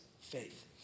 faith